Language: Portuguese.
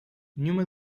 nenhuma